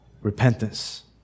repentance